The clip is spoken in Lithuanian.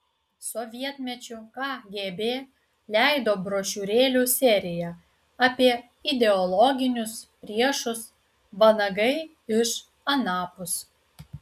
sovietmečiu kgb leido brošiūrėlių seriją apie ideologinius priešus vanagai iš anapus